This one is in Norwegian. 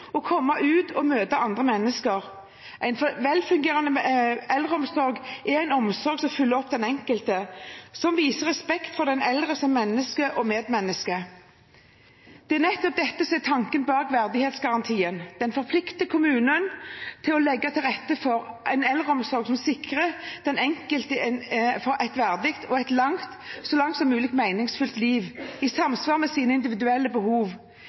å komme seg ut og møte andre mennesker. En velfungerende eldreomsorg er en omsorg som følger opp den enkelte, som viser respekt for den eldre som menneske og medmenneske. Det er nettopp dette som er tanken bak verdighetsgarantien: Den forplikter kommunen på å legge til rette for en eldreomsorg som sikrer den enkelte et verdig og et så langt som mulig meningsfylt liv, i samsvar med sine individuelle behov.